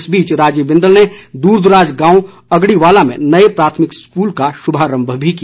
इस बीच राजीव बिंदल ने दूर दराज गांव अगड़ीवाला में नए प्राथमिक स्कूल का शुभारंभ भी किया